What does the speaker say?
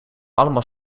allemaal